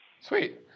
Sweet